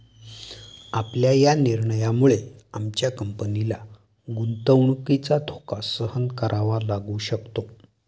आपल्या या निर्णयामुळे आमच्या कंपनीला गुंतवणुकीचा धोका सहन करावा लागू शकतो